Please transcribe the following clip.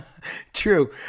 True